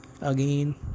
again